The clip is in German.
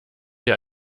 hier